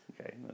Okay